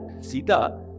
Sita